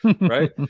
Right